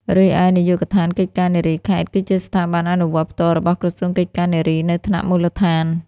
រីឯ នាយកដ្ឋានកិច្ចការនារីខេត្ត គឺជាស្ថាប័នអនុវត្តផ្ទាល់របស់ក្រសួងកិច្ចការនារីនៅថ្នាក់មូលដ្ឋាន។